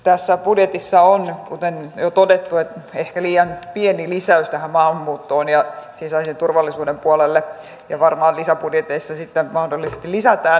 tässä budjetissa on kuten jo todettu ehkä liian pieni lisäys tähän maahanmuuttoon ja sisäisen turvallisuuden puolelle ja varmaan lisäbudjeteissa sitä mahdollisesti lisätään